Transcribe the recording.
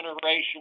generation